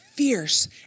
fierce